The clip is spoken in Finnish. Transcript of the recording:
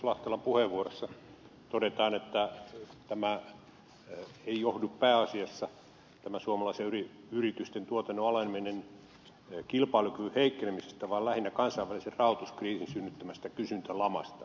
lahtelan puheenvuorossa todetaan että tämä suomalaisten yritysten tuotannon aleneminen ei johdu pääasiassa kilpailukyvyn heikkenemisestä vaan lähinnä kansainvälisen rahoituskriisin synnyttämästä kysyntälamasta